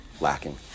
lacking